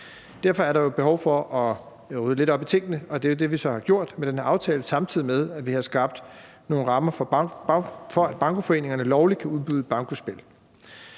Derfor er der jo behov for at rydde lidt op i tingene, og det er det, vi så har gjort med den her aftale, samtidig med at vi har skabt nogle rammer for, at bankoforeningerne lovligt kan udbyde bankospil.